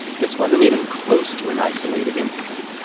this wasn't even close to an isolated incident.